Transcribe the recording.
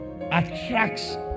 attracts